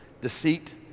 deceit